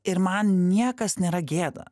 ir man niekas nėra gėda